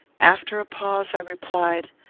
after a pause, i replied,